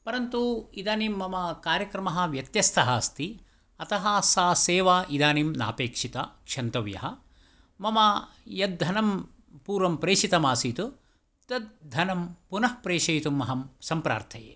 परन्तु इदानीं मम कार्यक्रमः व्यत्यस्तः अस्ति अतः सा सेवा इदानीं नापेक्षिता क्षन्तव्यः मम यद्धनं पूर्वं प्रेशितमासीत् तद्धनं पुनः प्रेशयितुम् अहं सम्प्रार्थये